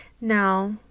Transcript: Now